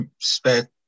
spare